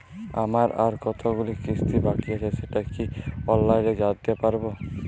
আমার আর কতগুলি কিস্তি বাকী আছে সেটা কি অনলাইনে জানতে পারব?